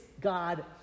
God